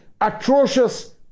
atrocious